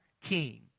King